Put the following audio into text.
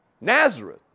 Nazareth